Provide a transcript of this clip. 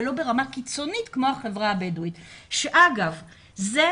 אבל לא